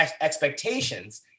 expectations